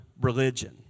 religion